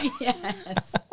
Yes